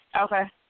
Okay